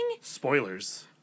Spoilers